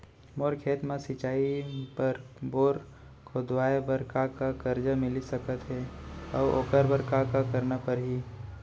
मोर खेत म सिंचाई बर बोर खोदवाये बर का का करजा मिलिस सकत हे अऊ ओखर बर का का करना परही?